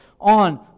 on